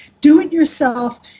do-it-yourself